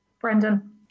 Brendan